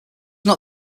not